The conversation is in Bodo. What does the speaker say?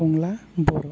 हंला बर'